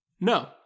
No